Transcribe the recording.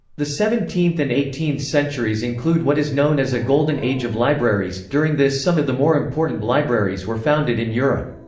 the seventeenth and eighteenth centuries include what is known as a golden age of libraries during this some of the more important libraries were founded in europe.